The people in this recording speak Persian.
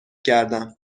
کردم